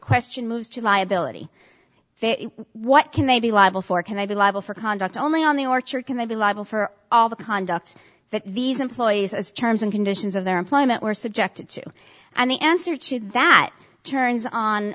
question moves to liability what can they be liable for can they be liable for conduct only on the orchard can they be liable for all the conduct that these employees as terms and conditions of their employment were subjected to and the answer to that turns on